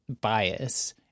bias